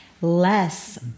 Less